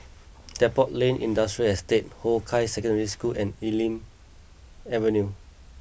Depot Lane Industrial Estate Hong Kah Secondary School and Elm Avenue